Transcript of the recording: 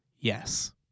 Yes